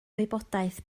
wybodaeth